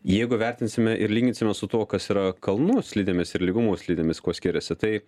jeigu vertinsime ir lyginsime su tuo kas yra kalnų slidėmis ir lygumų slidėmis kuo skiriasi tai